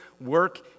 work